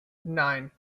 nine